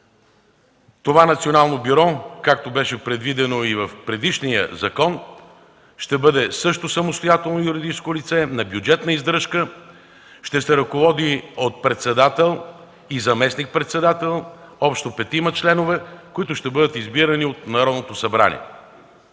Това Национално бюро, както беше предвидено и в предишния закон, ще бъде също самостоятелно юридическо лице на бюджетна издръжка, ще се ръководи от председател и заместник-председател, общо петима членове, които ще бъдат избирани от Народното събрание.